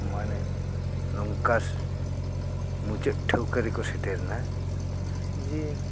ᱢᱟᱱᱮ ᱱᱚᱝᱠᱟ ᱢᱩᱪᱟᱹᱫ ᱴᱷᱟᱹᱣᱠᱟᱹ ᱨᱮᱠᱚ ᱥᱮᱴᱮᱨ ᱮᱱᱟ ᱡᱮ